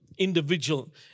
individual